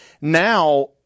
now